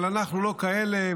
אבל אנחנו לא כאלה,